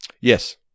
Yes